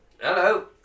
hello